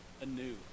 anew